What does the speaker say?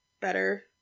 better